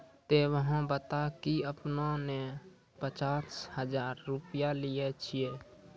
ते अहाँ बता की आपने ने पचास हजार रु लिए छिए?